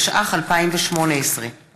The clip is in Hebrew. התשע"ח 2018;